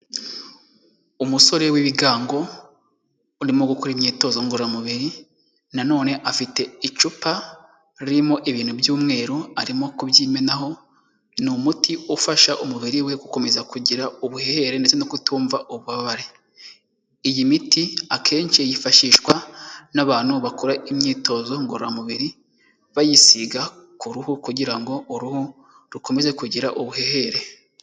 Umusore w'ibigango, urimo gukora imyitozo ngororamubiri, na none afite icupa ririmo ibintu by'umweru, arimo kubyimenaho, ni umuti ufasha umubiri we gukomeza kugira ubuhere, ndetse no kutumva ububabare. Iyi miti akenshi yifashishwa n'abantu bakora imyitozo ngororamubiri, bayisiga ku ruhu kugira ngo uruhu rukomeze kugira ubuhehere.